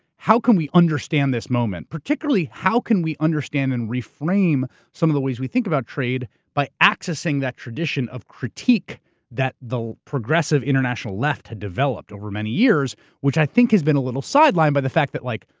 how can we understand this moment? particularly, how can we understand and reframe some of the ways we think about trade by accessing that tradition of critique that the progressive international left had developed over many years, which i think has been a little sidelined by the fact that like,